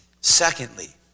Secondly